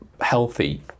healthy